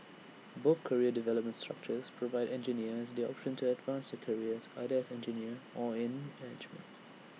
both career development structures provide engineers the option to advance careers either as engineers or in management